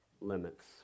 limits